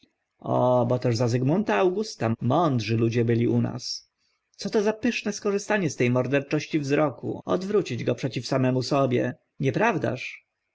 o bo też za zygmunta augusta mądrzy ludzie byli u nas szlązak dziś popr ślązak potworu dziś popr forma d lp potwora źwierciadło daw zwierciadło lustro zwierciadlana zagadka co to za pyszne skorzystanie z te morderczości wzroku odwrócić go przeciw samemu sobie nieprawdaż